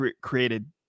created